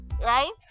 right